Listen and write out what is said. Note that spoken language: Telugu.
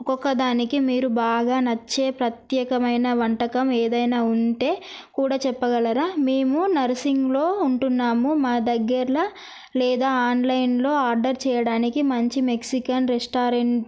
ఒక్కొక్క దానికి మీరు బాగా నచ్చే ప్రత్యేకమైన వంటకం ఏదైనా ఉంటే కూడా చెప్పగలరా మేము నర్సింగ్లో ఉంటున్నాము మా దగ్గరలో లేదా ఆన్లైన్లో ఆర్డర్ చేయడానికి మంచి మెక్సికన్ రెస్టారెంట్